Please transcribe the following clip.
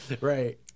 Right